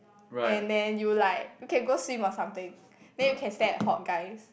and then you like okay go swim or something then you can stare at hot guys